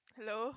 Hello